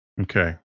Okay